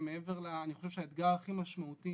שאני חושב שהאתגר הכי משמעותי